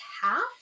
half